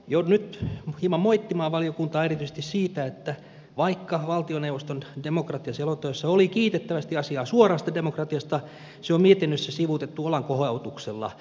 joudun nyt hieman moittimaan valiokuntaa erityisesti siitä että vaikka valtioneuvoston demokratiaselonteossa oli kiitettävästi asiaa suorasta demokratiasta se on mietinnössä sivuutettu olankohautuksella